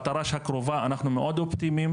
ולכן אני חושב שזו המדיניות של הממשלה,